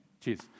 Cheers